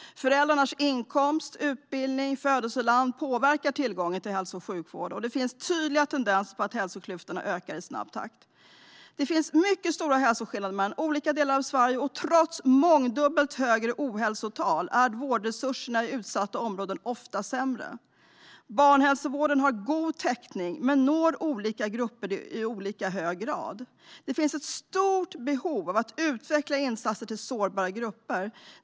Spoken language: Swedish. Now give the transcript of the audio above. Föräldrarnas inkomst, utbildning och födelseland påverkar tillgången till hälso och sjukvård, och det finns tydliga tendenser att hälsoklyftorna ökar i snabb takt. Det finns mycket stora hälsoskillnader mellan olika delar av Sverige, och trots mångdubbelt högre ohälsotal är vårdresurserna i utsatta områden ofta sämre. Barnhälsovården har god täckning men når olika grupper i olika hög grad. Det finns ett stort behov av att utveckla insatser till sårbara grupper.